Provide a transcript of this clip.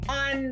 on